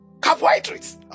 Carbohydrates